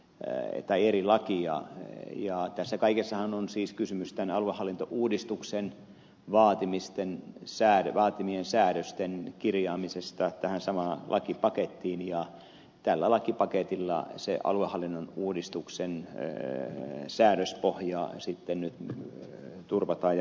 reetta iirin laatija ei jaa tässä kaikessahan on siis kysymys tämän aluehallintouudistuksen vaatimien säädösten kirjaamisesta tähän samaan lakipakettiin ja tällä lakipaketilla se aluehallinnon uudistuksen säädöspohja sitten nyt turvataan ja varmistetaan